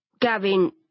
Gavin